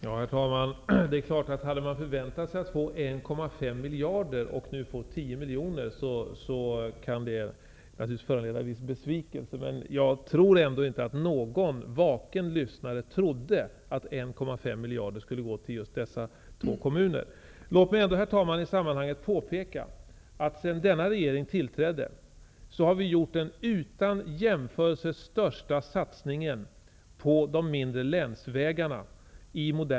Herr talman! Det är klart att det kan föranleda en viss besvikelse om man hade förväntat sig att få 1,5 miljarder och nu får 10 miljoner. Jag tror ändå inte att någon vaken lyssnare trodde att 1,5 miljarder skulle gå till just dessa två kommuner. Herr talman! Låt mig i sammanhanget påpeka att sedan denna regering tillträdde har vi gjort den utan jämförelse största satsningen i modern tid på de mindre länsvägarna.